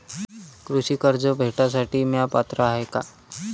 कृषी कर्ज भेटासाठी म्या पात्र हाय का?